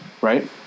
Right